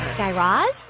guy raz,